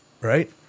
right